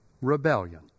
rebellion